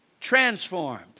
Transformed